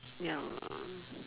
ya